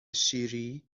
شیری